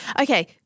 Okay